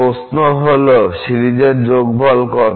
প্রশ্ন হলো সিরিজের যোগফল কত